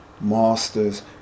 masters